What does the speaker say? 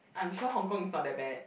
I'm sure Hong-Kong is not that bad